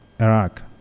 Iraq